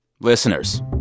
listeners